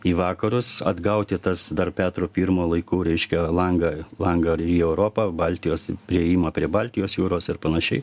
į vakarus atgauti tas dar petro pirmo laikų reiškia langą langą į europą baltijos priėjimo prie baltijos jūros ir panašiai